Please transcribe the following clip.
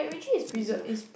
reserve